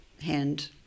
hand